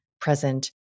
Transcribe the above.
present